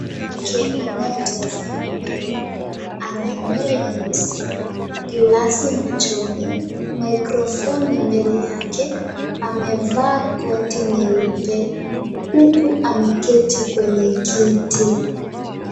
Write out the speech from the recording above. Mwanamke anayetazama mbele ana nywele nyeusi, glasi machoni, mikrofoni mbele yake. Amevaa koti nyeupe huku ameketi kwenye kiti.